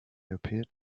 appeared